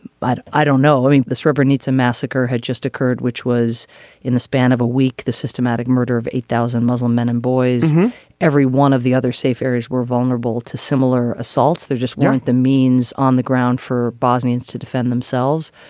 but i don't know. i mean this river needs a massacre had just occurred which was in the span of a week. the systematic murder of eight thousand muslim men and boys every one of the other safe areas were vulnerable to similar assaults. there just weren't the means on the ground for bosnians to defend themselves.